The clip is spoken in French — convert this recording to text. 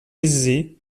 aisé